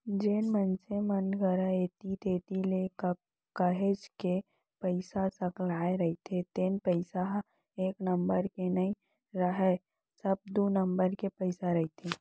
जेन मनसे मन करा ऐती तेती ले काहेच के पइसा सकलाय रहिथे तेन पइसा ह एक नंबर के नइ राहय सब दू नंबर के पइसा रहिथे